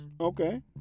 Okay